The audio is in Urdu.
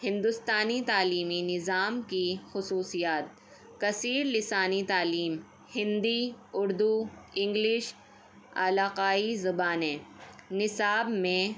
ہندوستانی تعلیمی نظام کی خصوصیات کثیر لسانی تعلیم ہندی اردو انگلش علاقائی زبانیں نصاب میں